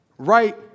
Right